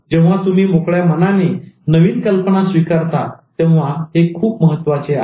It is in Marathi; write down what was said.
जेव्हा तुम्ही मोकळ्या मनाने नवीन कल्पना स्विकारता तेव्हा हे खूप महत्त्वाचे आहे